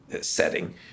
setting